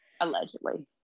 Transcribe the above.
allegedly